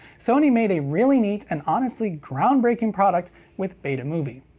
sony made a really neat and honestly groundbreaking product with betamovie.